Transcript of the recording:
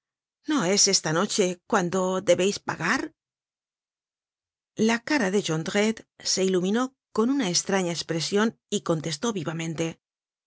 no es esta noche cuando debeis pagar la cara de jondrette se iluminó con una estraña espresion y contestó vivamente sí